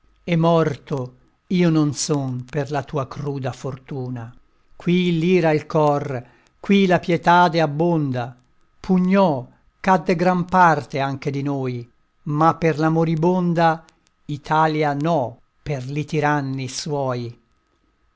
e morto io non son per la tua cruda fortuna qui l'ira al cor qui la pietade abbonda pugnò cadde gran parte anche di noi ma per la moribonda italia no per li tiranni suoi